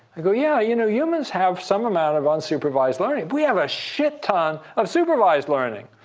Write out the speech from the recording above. i go, yeah, you know, humans have some amount of unsupervised learning. we have a shit ton of supervised learning.